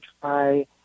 try